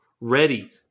ready